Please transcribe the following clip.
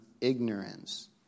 ignorance